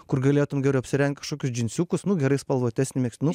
kur galėtum geriau apsirengt kažkokius džinsiukus nu gerai spalvotesnį megztinuką